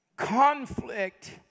Conflict